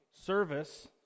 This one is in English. service